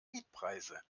mietpreise